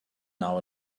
hour